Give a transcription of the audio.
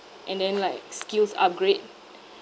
and then like skills upgrade